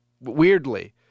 weirdly